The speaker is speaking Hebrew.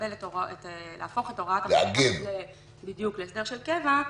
להפוך את ההוראה להסדר של קבע,